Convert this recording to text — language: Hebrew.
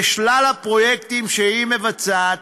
לשלל הפרויקטים שהיא מבצעת,